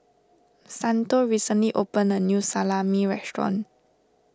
Santo recently opened a new Salami restaurant